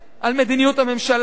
על מדיניות הממשלה,